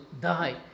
die